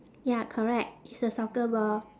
ya correct it's a soccer ball